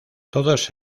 todos